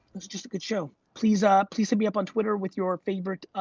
was just a good show. please ah please hit me up on twitter with your favorite,